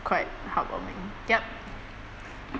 quite heartwarming yup